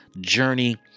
journey